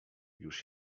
już